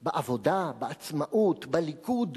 בעבודה, בעצמאות, בליכוד.